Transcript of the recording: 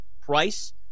price